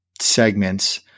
segments